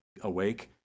awake